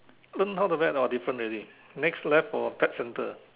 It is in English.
learn how to vet or different already next left for pet centre